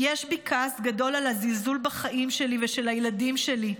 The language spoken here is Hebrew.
"זה כעס גדול וזלזול בחיים שלי ושל הילדים שלי",